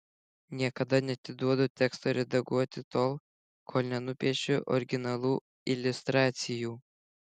niekada neatiduodu teksto redaguoti tol kol nenupiešiu originalų iliustracijų